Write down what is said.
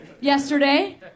yesterday